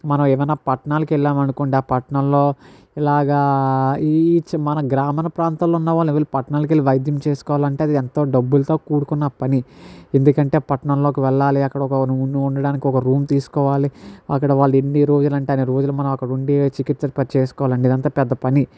మనం ఏవైన పట్నాలకు వెళ్ళామనుకోండి ఆ పట్నల్లో ఇలాగా ఈ చి మన గ్రామాన ప్రాంతంలో ఉన్న వాళ్ళు పట్నాలకెళ్ళి వైద్యం చేసుకోవాలంటే అది ఎంతో డబ్బులతో కూడుకున్న పని ఎందుకంటే పట్నంలోకి వెళ్ళాలి అక్కడ ఒక ఉండ ఉండడానికి ఒక రూమ్ తీసుకోవాలి అక్కడ వాళ్ళు ఎన్ని రోజులంటే అన్ని రోజులు మనం అక్కడ ఉండి చికిత్స చేసుకోవాలండి ఇదంతా పెద్ద పని